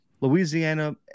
Louisiana